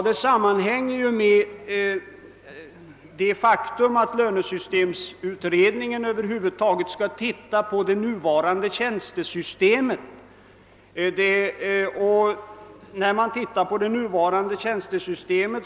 Detta sammanhänger med det faktum att lönesystemsutredningen över huvud taget skall granska det nuvarande tjänstesystemet.